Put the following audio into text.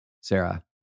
Sarah